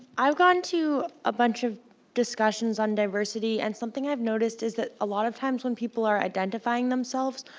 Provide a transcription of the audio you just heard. i've gone to a bunch of discussions on diversity. and something i've noticed is that a lot of times when people are identifying themselves,